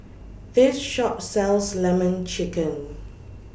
This Shop sells Lemon Chicken